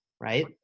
right